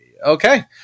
Okay